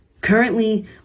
Currently